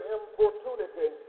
importunity